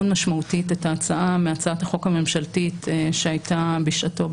משמעותית את ההצעה מהצעת החוק הממשלתית שהייתה בשעתו,